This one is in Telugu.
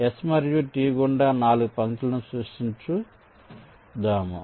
S మరియు T గుండా 4 పంక్తులను సృష్టించు దాము